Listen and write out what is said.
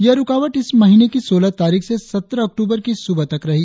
यह रुकावट इस महीने की सोलह तारीख से सत्रह अक्टूबर की सुबह तक रही